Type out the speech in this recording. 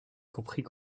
compris